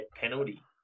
penalty